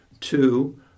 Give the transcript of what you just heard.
Two